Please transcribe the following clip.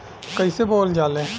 कईसे बोवल जाले?